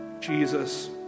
Jesus